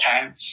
time